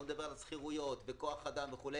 אני לא מדבר על שכירויות וכוח אדם וכו',